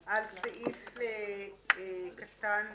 על סעיף קטן (ג).